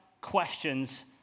questions